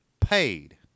paid